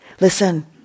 Listen